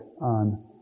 on